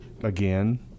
again